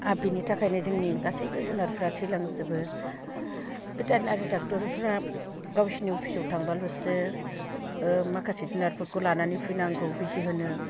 आरो बेनि थाखायनो जोंनि गासैबो जुनारफ्रा थैलांजोबो भेटेनारि डक्ट'रफोरा गावसोरनि अफिसाव थांबाल'सो माखासे जुनारफोरखौ लानानै फैनांगौ बिजि होनो